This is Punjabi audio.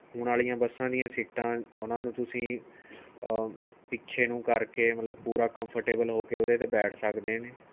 ਹੁਣ ਆਲ਼ੀਆਂ ਬੱਸਾਂ ਦੀਆਂ ਸੀਟਾਂ ਉਹਨਾਂ ਨੂੰ ਤੁਸੀਂ ਪਿੱਛੇ ਨੂੰ ਕਰਕੇ ਮਤਲਬ ਪੂਰਾ ਕੰਫਰਟੇਬਲ ਹੋ ਕੇ ਉਹਦੇ ਤੇ ਬੈਠ ਸਕਦੇ ਐ ਜੀ